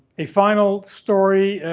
a final story,